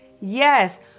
Yes